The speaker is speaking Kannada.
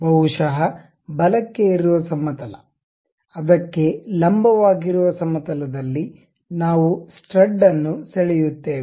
ಬಹುಶಃ ಬಲಕ್ಕೆ ಇರುವ ಸಮತಲ ಅದಕ್ಕೆ ಲಂಬವಾಗಿರುವ ಸಮತಲದಲ್ಲಿ ನಾವು ಸ್ಟಡ್ ಅನ್ನು ಸೆಳೆಯುತ್ತೇವೆ